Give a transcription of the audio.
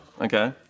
okay